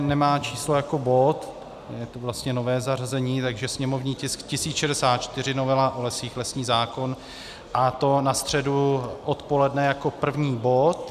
Nemá číslo jako bod, je to vlastně nové zařazení, takže sněmovní tisk 1064, novela o lesích, lesní zákon, a to na středu odpoledne jako první bod.